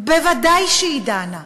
ודאי שהיא דנה.